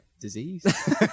disease